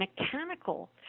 mechanical